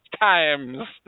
times